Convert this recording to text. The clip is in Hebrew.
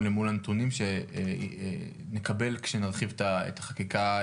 אל מול הנתונים שנקבל כשנרחיב את החקיקה.